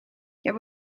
yet